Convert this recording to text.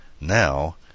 Now